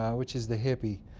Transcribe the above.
which is the hippie.